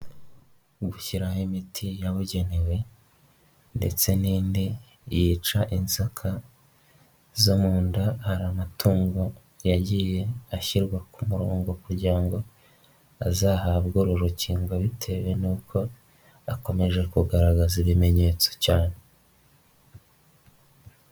Mu gushyiraho imiti yabugenewe ndetse n'indi yica inzoka zo mu nda hari amatungo yagiye ashyirwa ku murongo kugira ngo azahabwe uru rukingo bitewe n'uko akomeje kugaragaza ibimenyetso cyane.